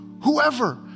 whoever